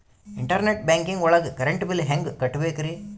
Internet banking ಒಳಗ್ current bill ಹೆಂಗ್ ಕಟ್ಟ್ ಬೇಕ್ರಿ?